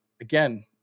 again